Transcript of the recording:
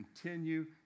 continue